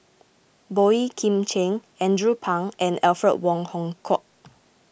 Boey Kim Cheng Andrew Phang and Alfred Wong Hong Kwok